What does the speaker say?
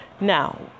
now